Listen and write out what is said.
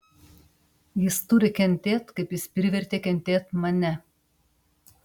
jis turi kentėt kaip jis privertė kentėt mane